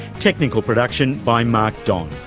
technical production by mark don.